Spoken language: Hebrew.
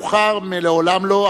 מאוחר מלעולם לא,